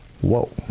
Whoa